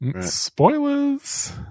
Spoilers